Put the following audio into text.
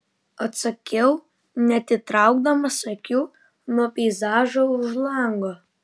atsakiau neatitraukdamas akių nuo peizažo už lango